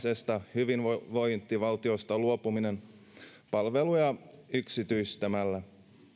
hyvinvointivaltiosta luopuminen palveluja yksityistämällä